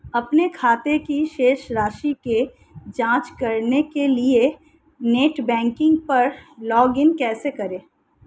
अपने खाते की शेष राशि की जांच करने के लिए नेट बैंकिंग पर लॉगइन कैसे करें?